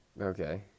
Okay